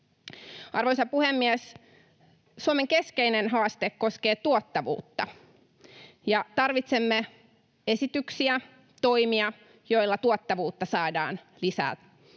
Arvoisa puhemies! Suomen keskeinen haaste koskee tuottavuutta. Tarvitsemme esityksiä, toimia, joilla tuottavuutta saadaan lisää,